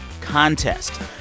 Contest